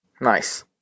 Nice